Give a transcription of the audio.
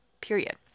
period